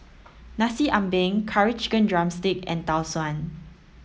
Nasi Ambeng curry chicken drumstick and Tau Suan